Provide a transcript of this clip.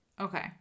okay